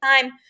time